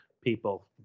people